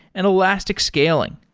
and elastic scaling.